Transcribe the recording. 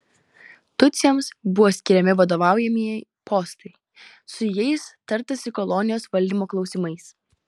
tutsiams buvo skiriami vadovaujamieji postai su jais tartasi kolonijos valdymo klausimais